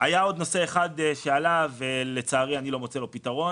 היה עוד נושא אחד שעלה ולצערי אני לא מוצא לו פתרון,